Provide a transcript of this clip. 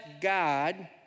God